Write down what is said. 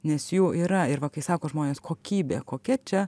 nes jų yra ir va kai sako žmonės kokybė kokia čia